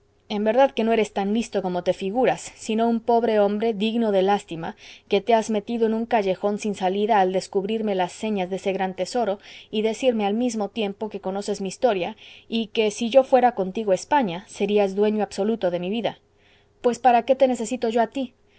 en verdad que no eres tan listo como te figuras sino un pobre hombre digno de lástima que te has metido en un callejón sin salida al descubrirme las señas de ese gran tesoro y decirme al mismo tiempo que conoces mi historia y que si yo fuera contigo a españa serías dueño absoluto de mi vida pues para qué te necesito yo a ti